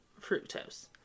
fructose